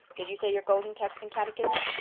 did you say your golden text and catechism?